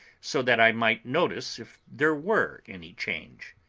so that i might notice if there were any change.